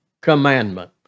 commandment